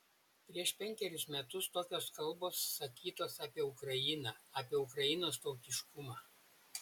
prieš penkerius metus tokios kalbos sakytos apie ukrainą apie ukrainos tautiškumą